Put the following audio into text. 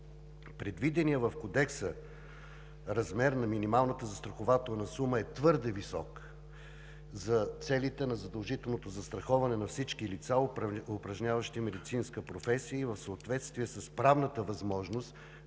Предвиденият размер на минималната застрахователна сума в Кодекса е твърде висок за целите на задължителното застраховане на всички лица, упражняващи медицинска професия, и в съответствие с правната възможност